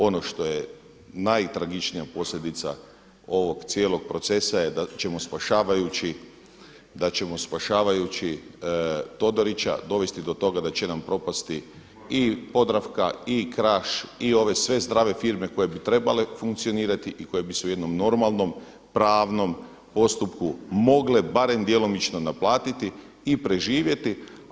Ono što je najtragičnija posljedica ovog cijelog procesa je da ćemo spašavajući Todorića dovesti do toga da će nam propasti i Podravka i Kraš i sve ove zdrave firme koje bi trebale funkcionirati i koje bi se u jednom normalnom pravnom postupku mogle barem djelomično naplatiti i preživjeti.